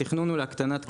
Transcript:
התכנון הוא להקטנת כמויות,